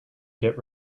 git